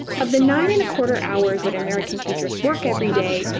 of the nine and a quarter hours that american teachers work every day,